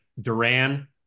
Duran